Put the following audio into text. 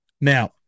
Now